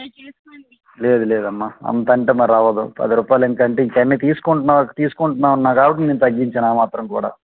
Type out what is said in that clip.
లేదు లేదమ్మా అంత ఎంత అంటే మరి అవ్వదు పది రూపాయలు ఎందుకంటే ఇంకా అన్నీ తీసుకుంటున్నావు తీసుకుంటా అన్నావు కాబట్టి నేను తగ్గించాను ఆ మాత్రం కూడా